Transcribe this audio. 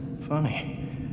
Funny